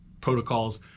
protocols